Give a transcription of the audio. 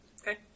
Okay